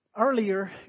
earlier